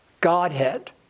godhead